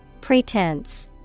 Pretense